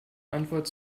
antwort